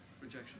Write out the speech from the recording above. Rejection